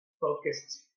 focused